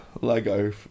Lego